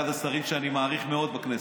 אחד השרים שאני מעריך מאוד בכנסת,